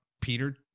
peter